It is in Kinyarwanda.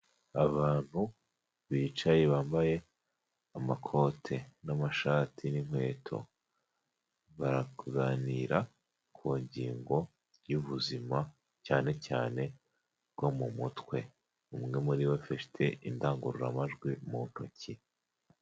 Abantu bicaye bambaye amakote n'amashati n'inkweto, baraganira ku ngingo y'ubuzima cyane cyane bwo mu mutwe umwe muri bo afite indangururamajwi mu ntoki.